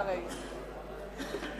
חברתי היושבת-ראש,